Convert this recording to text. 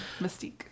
mystique